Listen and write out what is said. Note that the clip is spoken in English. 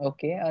Okay